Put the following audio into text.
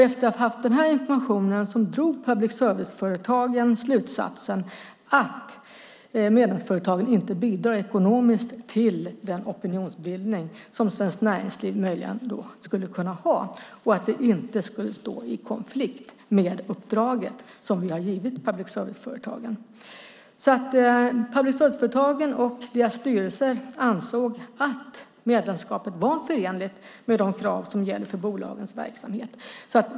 Efter att ha fått den informationen drog public service-företagen slutsatsen att medlemsföretagen inte bidrar ekonomiskt till den opinionsbildning som Svenskt Näringsliv möjligen skulle kunna ha och att det inte skulle stå i konflikt med det uppdrag som vi har givit public service-företagen. Public service-företagen och deras styrelser ansåg att medlemskapet var förenligt med de krav som gäller för bolagens verksamhet.